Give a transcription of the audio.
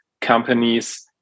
companies